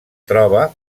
troba